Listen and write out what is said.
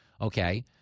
Okay